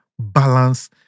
balance